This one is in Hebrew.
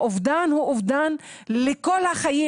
האובדן הוא אובדן לכל החיים,